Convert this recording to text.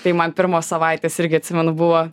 tai man pirmos savaitės irgi atsimenu buvo